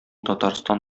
татарстан